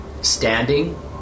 standing